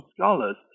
scholars